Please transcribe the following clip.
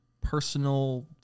personal